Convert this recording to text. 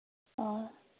ꯑꯥ